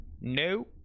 no